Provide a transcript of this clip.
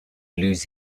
lose